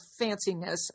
fanciness